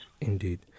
Indeed